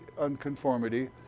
Unconformity